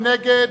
מי נגד?